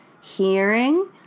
hearing